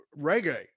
reggae